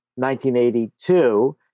1982